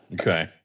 Okay